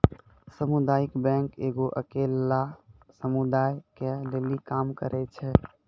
समुदायिक बैंक एगो अकेल्ला समुदाय के लेली काम करै छै